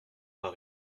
paris